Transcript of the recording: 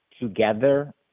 together